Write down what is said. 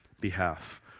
behalf